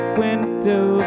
window